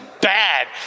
bad